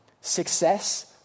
Success